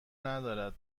ندارد